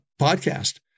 podcast